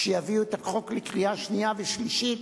כשיביאו את החוק לקריאה שנייה ושלישית,